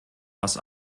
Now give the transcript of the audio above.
was